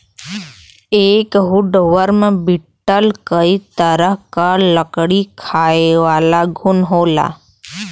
एक woodworm beetle कई तरह क लकड़ी खायेवाला घुन होला